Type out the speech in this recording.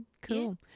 cool